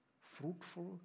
fruitful